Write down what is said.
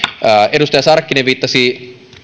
edustaja sarkkinen viittasi